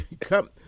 come